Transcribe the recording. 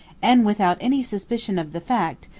and without any suspicion of the fact,